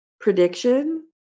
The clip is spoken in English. prediction